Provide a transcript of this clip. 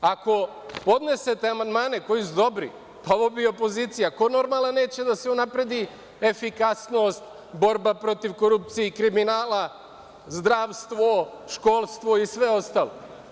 Ako podnesete amandmane koji su dobri, pa ovo bi opozicija, ko normalan neće da se unapredi efikasnost, borba protiv korupcije i kriminala, zdravstvo, školstvo i sve ostalo.